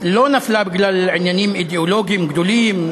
לא נפלה בגלל עניינים אידיאולוגיים גדולים,